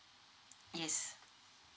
yes